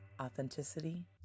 authenticity